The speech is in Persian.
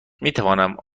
میتوانم